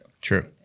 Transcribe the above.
True